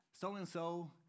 so-and-so